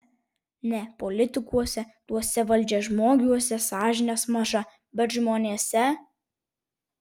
ne politikuose tuose valdžiažmogiuose sąžinės maža bet žmonėse